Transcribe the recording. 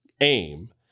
aim